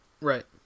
Right